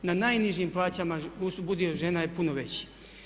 Na najnižim plaćama udio žena je puno veći.